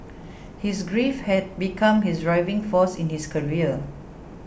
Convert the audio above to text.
his grief had become his driving force in his career